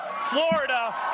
Florida